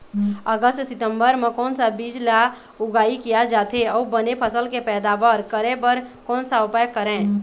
अगस्त सितंबर म कोन सा बीज ला उगाई किया जाथे, अऊ बने फसल के पैदावर करें बर कोन सा उपाय करें?